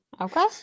Okay